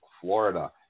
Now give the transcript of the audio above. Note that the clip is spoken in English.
Florida